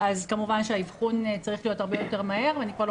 אז כמובן שהאבחון צריך להיות הרבה יותר מהר ואני כבר לא